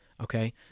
Okay